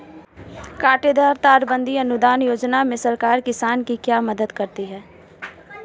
कांटेदार तार बंदी अनुदान योजना में सरकार किसान की क्या मदद करती है?